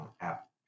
app